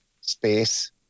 space